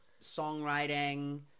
songwriting